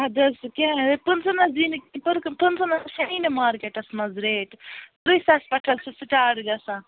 اَدٕ حظ کیٚنٛہہ پٕنٛژٕہ نہَ حظ یِیہِ نہٕ کیٚنٛہہ پٕنٛژٕہ پٕنٛژٕہ نہَ حظ چھیی مارکٮ۪ٹس منٛز ریٹ ترٕٛہہِ ساسہِ پٮ۪ٹھ حظ چھِ سِٹاٹ گَژھان